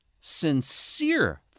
sincere